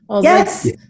Yes